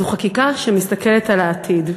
זו חקיקה שמסתכלת על העתיד.